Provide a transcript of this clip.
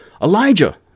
Elijah